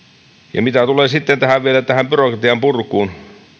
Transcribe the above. ja mitä tulee sitten vielä tähän byrokratiaan purkuun